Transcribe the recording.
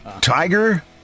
Tiger